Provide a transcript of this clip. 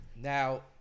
Now